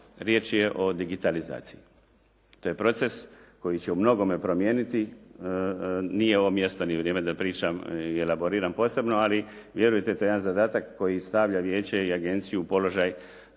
riječ je o digitalizaciji. To je proces koji će u mnogome promijeniti. Nije ovo mjesto ni vrijeme da pričam, elaboriram posebno ali vjerujte, to je jedan zadatak koji stavlja vijeće i agenciju u položaj